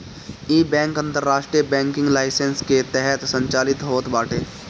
इ बैंक अंतरराष्ट्रीय banking licence के तहत संचालित होत बाटे